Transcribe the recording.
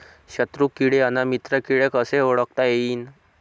शत्रु किडे अन मित्र किडे कसे ओळखता येईन?